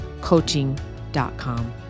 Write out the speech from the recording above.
coaching.com